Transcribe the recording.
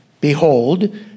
Behold